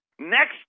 Next